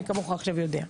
מי כמוך עכשיו יודע.